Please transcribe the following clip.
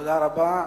תודה רבה.